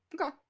okay